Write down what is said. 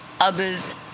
others